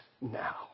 now